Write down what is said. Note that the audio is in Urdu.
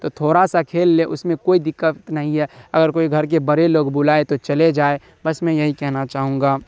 تو تھوڑا سا کھیل لے اس میں کوئی دقت نہیں ہے اگر کوئی گھر کے بڑے لوگ بلائے تو چلے جائے بس میں یہی کہنا چاہوں گا